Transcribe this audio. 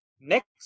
Next